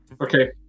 Okay